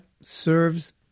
serves